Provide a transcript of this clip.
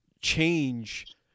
change